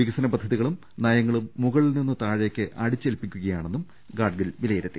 വിക സന പദ്ധതികളും നയങ്ങളും മുകളിൽ നിന്ന് താഴേക്ക് അടിച്ചേൽപ്പി ക്കുകയാണെന്നും ഗാഡ്ഗിൽ വിലയിരുത്തി